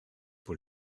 pour